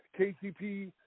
KCP –